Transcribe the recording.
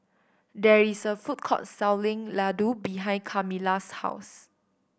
there is a food court selling Ladoo behind Kamila's house